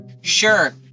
sure